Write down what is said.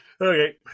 Okay